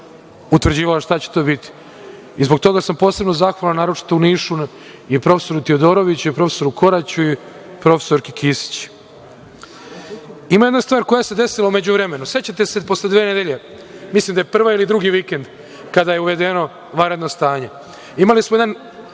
utvrđivala šta će to biti. Zbog toga sam posebno zahvalan, naročito u Nišu i profesoru Tijodoroviću i profesoru Koraću i profesorki Kisić. Ima jedna stvar koja se desila u međuvremenu. Sećate se posle dve nedelje, mislim da je prvi ili drugi vikend kada je uvedeno vanredno stanje. Imali smo jedan